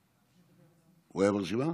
הוא היה ברשימה?